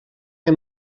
que